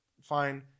Fine